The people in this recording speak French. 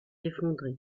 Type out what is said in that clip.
effondré